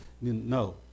No